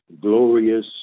glorious